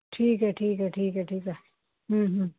ਠੀਕ ਹੈ ਠੀਕ ਹੈ ਠੀਕ ਹੈ ਠੀਕ ਹੈ ਹੂੰ ਹੂੰ